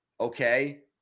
okay